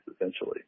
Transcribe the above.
Essentially